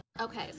Okay